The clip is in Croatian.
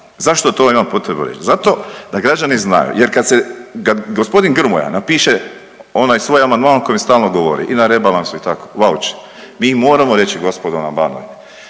Zašto to imam potrebu reći? Zato da građani znaju jer kad se, kad g. Grmoja napiše onaj svoj amandman o kojem stalno govori i na rebalansu i tako, vaučer, mi moramo reći, gospodo na